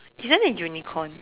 isn't it unicorn